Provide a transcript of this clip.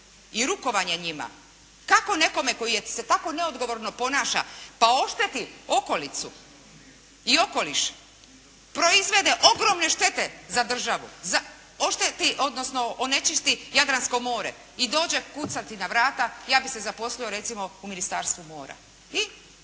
i rukovanje njima. Kako nekome koji se tako neodgovorno ponaša pa ošteti okolicu i okoliš, proizvede ogromne štete za državu, ošteti odnosno onečisti Jadransko more i dođe kucati na vrata ja bi se zaposlio recimo u Ministarstvu mora.